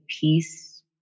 peace